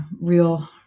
real